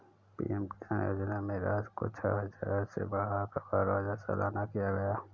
PM Kisan योजना में राशि को छह हजार से बढ़ाकर बारह हजार सालाना किया गया है